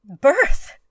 Birth